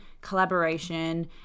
collaboration